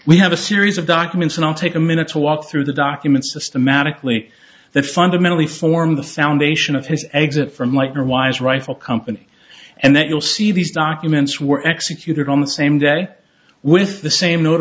we have a series of documents and i'll take a minute's walk through the documents systematically that fundamentally form the foundation of his exit from meitner wise rifle company and then you'll see these documents were executed on the same day with the same